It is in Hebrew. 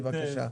בבקשה.